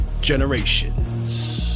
generations